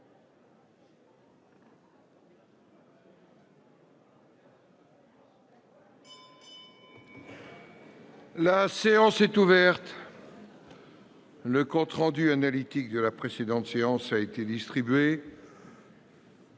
La séance est ouverte. Le compte rendu analytique de la précédente séance a été distribué.